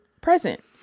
present